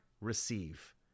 receive